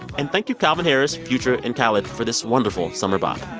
and thank you calvin harris, future and khalid for this wonderful summer bop